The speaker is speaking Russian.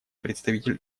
представитель